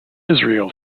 israel